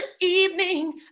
evening